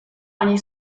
ani